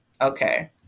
okay